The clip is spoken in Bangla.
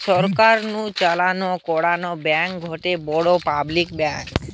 সরকার নু চালানো কানাড়া ব্যাঙ্ক গটে বড় পাবলিক ব্যাঙ্ক